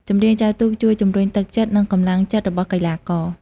ចម្រៀងចែវទូកជួយ ជំរុញទឹកចិត្ត និងកម្លាំងចិត្តរបស់កីឡាករ។